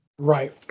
Right